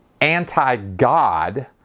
anti-God